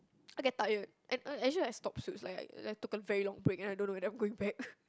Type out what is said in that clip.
I get tired and I I actually I stop Suits like like I took a very long break and I don't know whether I'm going back